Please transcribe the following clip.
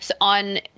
on